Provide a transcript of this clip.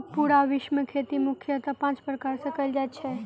पूरा विश्व मे खेती मुख्यतः पाँच प्रकार सॅ कयल जाइत छै